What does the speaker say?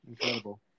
Incredible